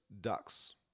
ducks